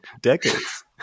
decades